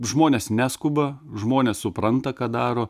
žmonės neskuba žmonės supranta ką daro